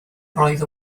roedd